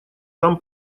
дам